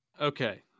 okay